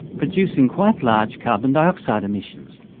producing quite large carbon dioxide emissions.